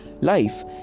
Life